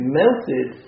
melted